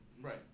right